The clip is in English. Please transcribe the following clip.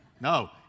No